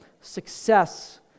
success